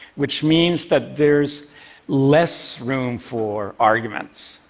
which means that there's less room for arguments.